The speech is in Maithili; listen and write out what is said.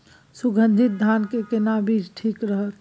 सुगन्धित धान के केना बीज ठीक रहत?